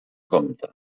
compte